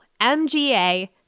MGA